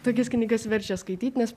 tokias knygas verčia skaityt nes